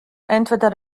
entweder